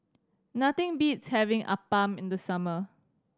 nothing beats having appam in the summer